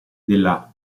della